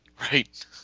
Right